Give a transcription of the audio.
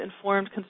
informed